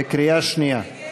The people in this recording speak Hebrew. בקריאה שנייה.